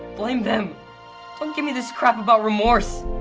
blame them. don't give me this crap about remorse.